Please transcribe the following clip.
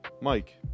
Mike